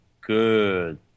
good